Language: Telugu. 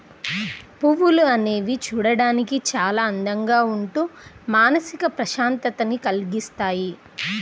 పువ్వులు అనేవి చూడడానికి చాలా అందంగా ఉంటూ మానసిక ప్రశాంతతని కల్గిస్తాయి